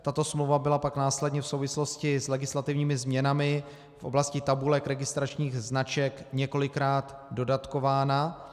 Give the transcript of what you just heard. Tato smlouva byla pak následně v souvislosti s legislativními změnami v oblasti tabulek registračních značek několikrát dodatkována.